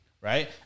Right